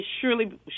surely